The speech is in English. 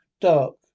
dark